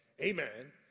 Amen